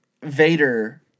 Vader